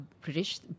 British